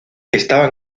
estaban